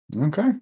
okay